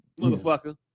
motherfucker